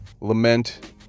lament